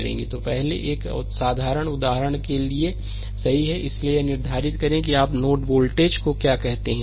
slide समय देखें 2421 तो पहले तो एक साधारण उदाहरण के लिए सही इसलिए यह निर्धारित करें कि आप नोड वोल्टेज को क्या कहते हैं